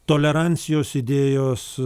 tolerancijos idėjos